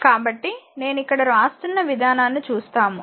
కాబట్టి నేను ఇక్కడ వ్రాస్తున్న విధానాన్ని చూస్తాము